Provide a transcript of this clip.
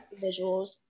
Visuals